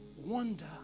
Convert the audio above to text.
wonder